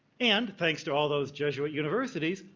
and thanks to all those jesuit universities,